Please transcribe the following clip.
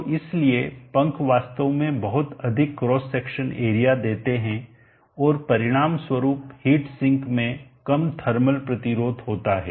तो इसलिए पंख वास्तव में बहुत अधिक क्रॉस सेक्शन एरिया देते हैं और परिणामस्वरूप हिट सिंक में कम थर्मल प्रतिरोध होता है